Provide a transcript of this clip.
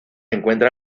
encuentra